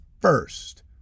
first